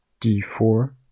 d4